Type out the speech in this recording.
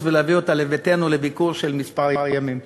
ולהביא אותה לביתנו לביקור של כמה ימים.